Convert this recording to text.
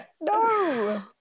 no